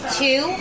two